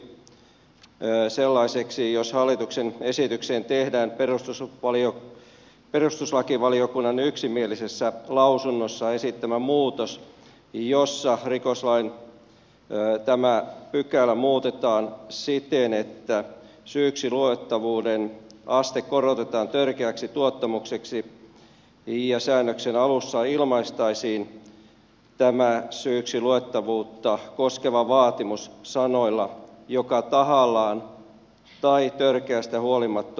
esitys muuttuisi sellaiseksi jos hallituksen esitykseen tehdään perustuslakivaliokunnan yksimielisessä lausunnossa esittämä muutos jossa rikoslain tämä pykälä muutetaan siten että syyksiluettavuuden aste korotetaan törkeäksi tuottamukseksi ja säännöksen alussa ilmaistaisiin tämä syyksiluettavuutta koskeva vaatimus sanoilla joka tahallaan tai törkeästä huolimattomuudesta